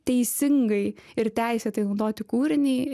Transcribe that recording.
teisingai ir teisėtai naudoti kūrinį